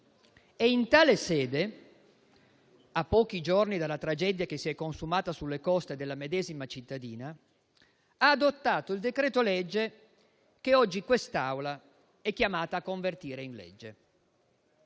In tale sede, a pochi giorni dalla tragedia che si è consumata sulle coste della medesima cittadina, ha adottato il decreto-legge che oggi quest'Assemblea è chiamata a convertire in legge.